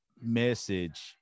message